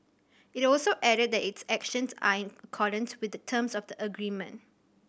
it also added that its actions are in accordance with the terms of the agreement